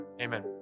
amen